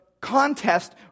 contest